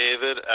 David